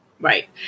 Right